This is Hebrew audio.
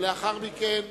ולאחר מכן,